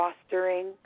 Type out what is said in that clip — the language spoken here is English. fostering